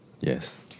Yes